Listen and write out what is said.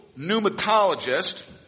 pneumatologist